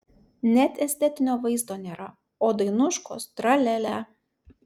net estetinio vaizdo nėra o dainuškos tra lia lia